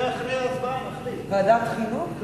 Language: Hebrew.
ועדת חינוך לא